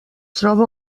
troba